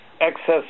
excess